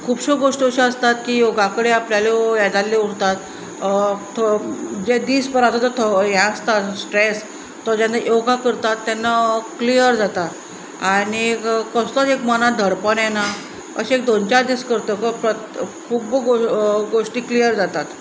खुबश्यो गोश्टी अश्यो आसतात की योगा कडेन आपल्याल्यो हें जाल्ल्यो उरतात जे दीसभराचो जो हें आसता स्ट्रेस तो जेन्ना योगा करतात तेन्ना क्लियर जाता आनीक कसलोच एक मनांत दडपण येना अशें एक दोन चार दीस करतकच प्रत खुब्ब गोश्टी क्लियर जातात